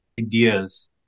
ideas